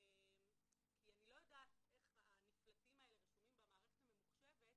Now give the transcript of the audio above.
אני לא יודעת איך הנפלטים האלה נרשמים במערכת הממוחשבת,